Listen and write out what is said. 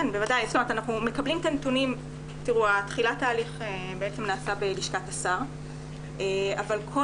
תחילת ההליך בעצם נעשה בלשכת השר אבל כל